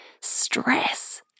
stress